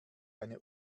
eine